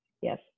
Yes